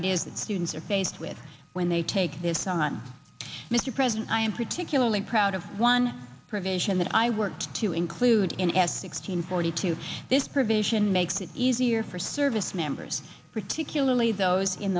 it is that students are faced with when they take this on mr president i am particularly proud of one provision that i worked to include in as sixteen forty two this provision makes it easier for service members particularly those in